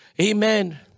Amen